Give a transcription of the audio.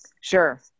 Sure